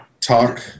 talk